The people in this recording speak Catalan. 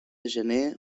gener